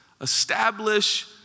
Establish